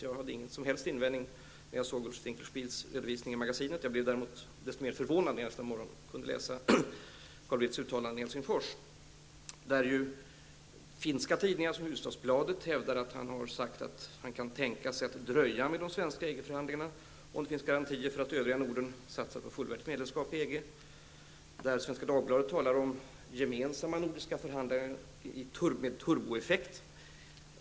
Jag hade inga som helst invändningar när jag såg Ulf Dinkelspiels redovisningar i Magasinet. Jag blev däremot desto mer förvånad när jag nästa morgon kunde läsa Carl Bildts uttalanden i Helsingfors där ju finska tidningar som Huvudstadsbladet hävdade att han har sagt att han kan tänka sig att dröja med de svenska EG förhandlingarna om det finns garantier för att övriga Norden satsar på fullvärdigt medlemskap i I Svenska Dagbladet talas det om gemensamma nordiska förhandlingar med turboeffekt.